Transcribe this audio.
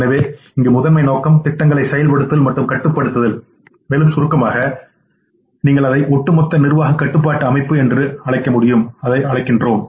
எனவே இங்கு முதன்மை நோக்கம் திட்டங்களை செயல்படுத்துதல் மற்றும் கட்டுப்படுத்துதல் மேலும் சுருக்கமாக நீங்கள் அதை ஒட்டுமொத்த நிர்வாக கட்டுப்பாட்டு அமைப்பு என்று அழைக்கிறீர்கள்